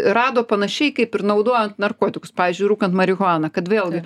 rado panašiai kaip ir naudojant narkotikus pavyzdžiui rūkant marihuaną kad vėlgi